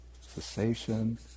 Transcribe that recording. cessation